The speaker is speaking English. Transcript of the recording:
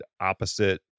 opposite